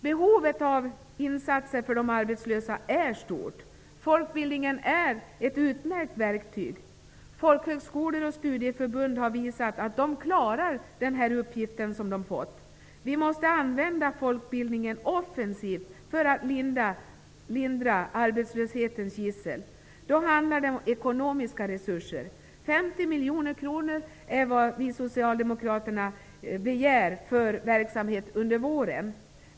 Behovet av insatser för de arbetslösa är stort. Folkbildningen är ett utmärkt verktyg. Folkhögskolor och studieförbund har visat att de klarar den uppgift som de har fått. Vi måste använda folkbildningen offensivt för att lindra arbetslöshetens gissel. Då handlar det om ekonomiska resurser. 50 miljoner kronor är vad vi socialdemokrater begär för verksamheten under våren.